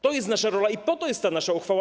To jest nasza rola i po to jest ta nasza uchwała.